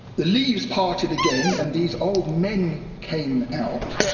the leaves parted again, and these old men came out.